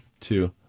two